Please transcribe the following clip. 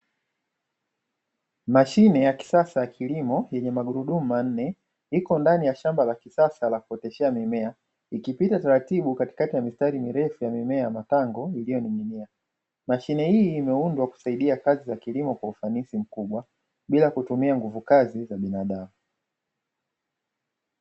Mashine ya kisasa ya kilimo yenye magurudumu manne iko ndani ya shamba la kisasa la kuoteshea mimea ikipita taratibu katikati ya mistari mirefu yenye mimea ya matango iliyoning'inia, mashine hii imeundwa kusaidia kazi za kilimo kwa ufanisi mkubwa bila kutumia nguvu kazi za binadamu.